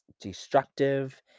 destructive